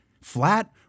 flat